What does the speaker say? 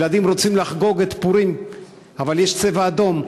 ילדים רוצים לחגוג את פורים אבל יש "צבע אדום".